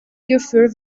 hierfür